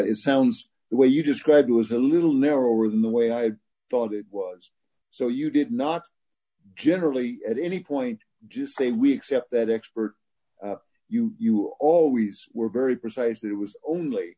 sounds the way you described it was a little narrower than the way i thought it was so you did not generally at any point just say we accept that expert you you always were very precise that it was only